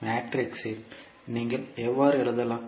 மேட்ரிக்ஸில் நீங்கள் எவ்வாறு எழுதலாம்